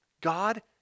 God